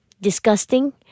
disgusting